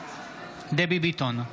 דבי ביטון,